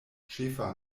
ĉefa